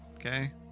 Okay